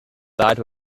that